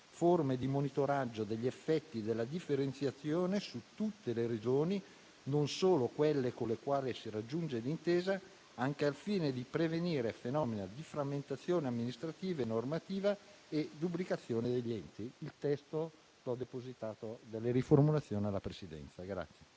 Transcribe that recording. forme di monitoraggio degli effetti della differenziazione su tutte le Regioni, non solo quelle con le quali si raggiunge l'intesa, anche al fine di prevenire fenomeni di frammentazione amministrativa e normativa e duplicazione degli enti». Il testo delle riformulazioni è stato